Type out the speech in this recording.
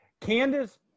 Candace-